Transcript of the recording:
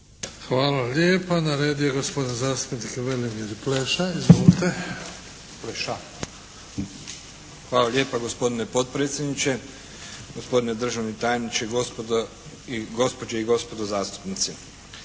Hvala lijepa. Na redu je gospodin zastupnik Velimir Pleša. Izvolite. **Pleša, Velimir (HDZ)** Hvala lijepa gospodine potpredsjedniče. Gospodine državni tajniče, gospođe i gospodo zastupnici.